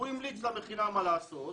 הוא המליץ למכינה מה לעשות,